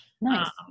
Nice